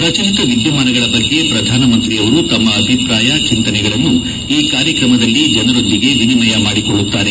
ಪ್ರಚಲಿತ ವಿದ್ಯಮಾನಗಳ ಬಗ್ಗೆ ಪ್ರಧಾನಮಂತ್ರಿ ಅವರು ತಮ್ಮ ಅಭಿಪ್ರಾಯ ಚಿಂತನೆಗಳನ್ನು ಈ ಕಾರ್ಯಕ್ರಮದಲ್ಲಿ ಜನರೊಂದಿಗೆ ವಿನಿಮಯ ಮಾಡಿಕೊಳ್ಳುತ್ತಾರೆ